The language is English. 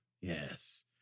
Yes